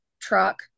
truck